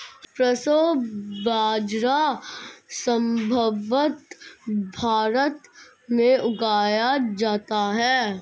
proso बाजरा संभवत भारत में उगाया जाता है